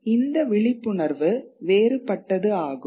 இந்த விழிப்புணர்வு வேறுபட்டது ஆகும்